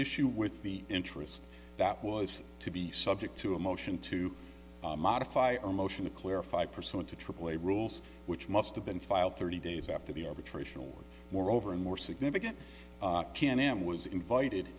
issue with the interest that was to be subject to a motion to modify our motion to clarify pursuant to aaa rules which must have been filed thirty days after the arbitration moreover and more significant can am was invited